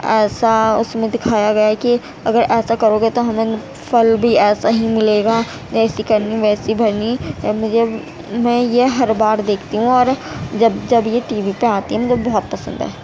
ایسا اس میں دکھایا گیا ہے کہ اگر ایسا کرو گے تو ہمیں پھل بھی ایسا ہی ملے گا جیسی کرنی ویسی بھرنی مجھے میں یہ ہر بار دیکھتی ہوں اور جب جب یہ ٹی وی پہ آتی ہے مجھے بہت پسند ہے